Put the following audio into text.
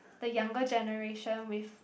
the younger generation with